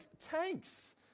tanks